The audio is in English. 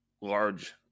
large